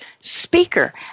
speaker